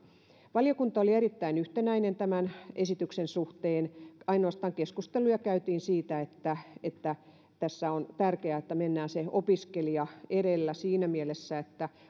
valiokunta oli erittäin yhtenäinen tämän esityksen suhteen ainoastaan keskusteluja käytiin siitä että että tässä on tärkeää että mennään se opiskelija edellä siinä mielessä että